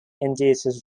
induces